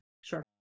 Sure